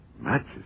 Matches